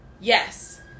yes